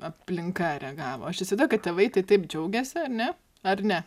aplinka reagavo aš įsivaizduoju kad tėvai tai taip džiaugėsi ar ne ar ne